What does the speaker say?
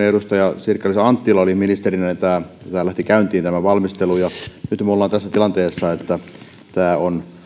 edustaja sirkka liisa anttila oli aikoinaan ministerinä tämä valmistelu lähti käyntiin ja nyt me olemme tässä tilanteessa että tämä on